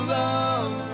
love